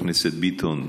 חבר הכנסת ביטון,